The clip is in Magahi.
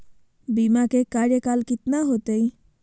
बीमा के कार्यकाल कितना होते?